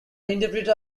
interpreter